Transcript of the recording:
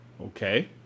Okay